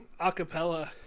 Acapella